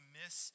miss